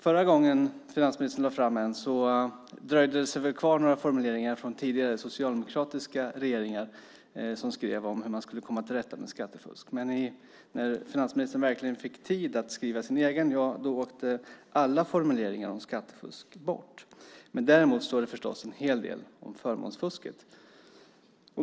Förra gången finansministern lade fram en finansplan dröjde det sig väl kvar några formuleringar från tidigare socialdemokratiska regeringar som skrivit om hur man skulle komma till rätta med skattefusk. Men när finansministern verkligen fick tid att skriva sin egen plan åkte alla formuleringar om skattefusk bort. Däremot står det förstås en hel del om förmånsfusket.